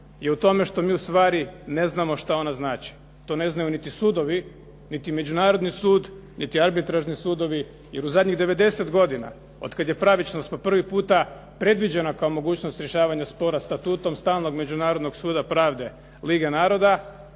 je u tome što mi ustvari ne znamo šta ona znači. To ne znaju niti sudovi, niti međunarodni sud, niti arbitražni sudovi jer u zadnjih 90 godina otkad je pravičnost po prvi puta predviđena kao mogućnost rješavanja spora statutom stalnog Međunarodnog suda pravde Liga naroda,